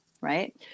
right